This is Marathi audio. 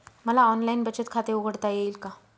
मला ऑनलाइन बचत खाते उघडता येईल का?